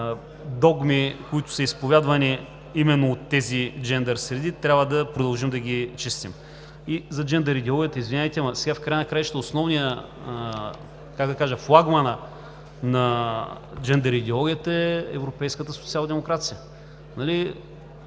които са изповядвани именно от тези джендър среди, трябва да продължим да ги чистим. И за джендър идеологията – извинявайте, ама сега, в края на краищата, основният, флагманът на джендър идеологията, е европейската социалдемокрация. Партията